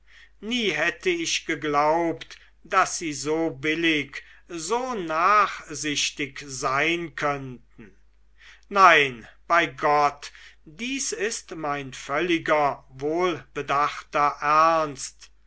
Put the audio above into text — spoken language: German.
nie hätte ich geglaubt daß sie so billig so nachsichtig sein könnten nein bei gott dies ist mein völliger wohlbedachter ernst